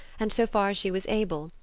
and, so far as she was able,